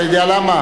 אתה יודע למה?